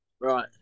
Right